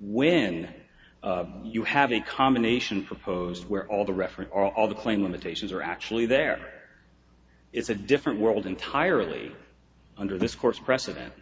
when you have a combination proposed where all the reference all the claim limitations are actually there it's a different world entirely under this course precedent